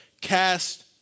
cast